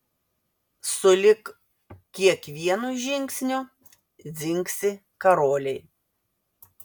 sulig kiekvienu žingsniu dzingsi karoliai